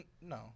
No